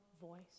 voice